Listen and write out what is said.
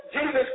Jesus